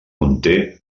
conté